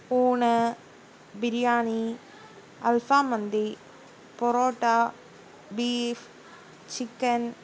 ഊണ് ബിരിയാണി അൽഫാം മന്തി പൊറോട്ട ബീഫ് ചിക്കൻ